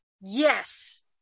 Yes